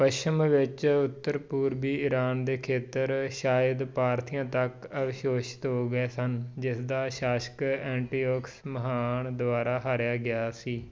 ਪੱਛਮ ਵਿੱਚ ਉੱਤਰ ਪੂਰਬੀ ਈਰਾਨ ਦੇ ਖੇਤਰ ਸ਼ਾਇਦ ਪਾਰਥੀਆਂ ਤੱਕ ਅਵਸ਼ੋਸ਼ਿਤ ਹੋ ਗਏ ਸਨ ਜਿਸਦਾ ਸ਼ਾਸਕ ਐਂਟੀਓਕਸ ਮਹਾਨ ਦੁਆਰਾ ਹਾਰਿਆ ਗਿਆ ਸੀ